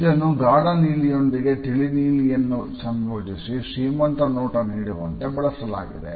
ಇದನ್ನು ಗಾಢ ನೀಲಿಯೊಂದಿಗೆ ತಿಳಿನೀಲಿಯನ್ನು ಸಂಯೋಜಿಸಿ ಶ್ರೀಮಂತ ನೋಟ ನೀಡುವಂತೆ ಬಳಸಲಾಗಿದೆ